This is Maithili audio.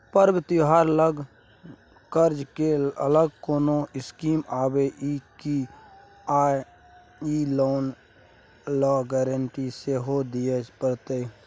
पर्व त्योहार ल कर्ज के अलग कोनो स्कीम आबै इ की आ इ लोन ल गारंटी सेहो दिए परतै?